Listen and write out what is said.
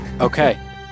Okay